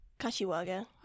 Kashiwaga